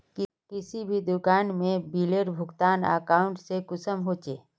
किसी भी दुकान में बिलेर भुगतान अकाउंट से कुंसम होचे?